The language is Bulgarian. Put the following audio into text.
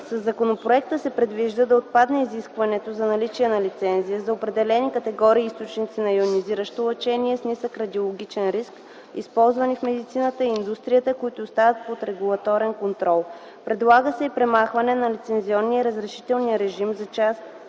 Със законопроекта се предвижда да отпадне изискването за наличие на лицензия за определени категории източници на йонизиращо лъчение с нисък радиологичен риск, използвани в медицината и индустрията, които остават под регулаторен контрол. Предлага се и премахване на лицензионния и разрешителен режим за частите